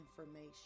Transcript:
information